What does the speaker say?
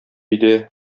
өйдә